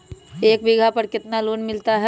एक बीघा पर कितना लोन मिलता है?